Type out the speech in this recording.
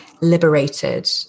liberated